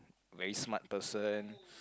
very smart person